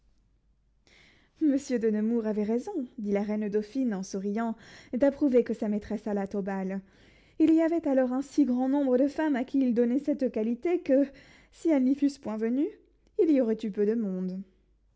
monsieur de nemours avait raison dit la reine dauphine en souriant d'approuver que sa maîtresse allât au bal il y avait alors un si grand nombre de femmes à qui il donnait cette qualité que si elles n'y fussent point venues il y aurait eu peu de monde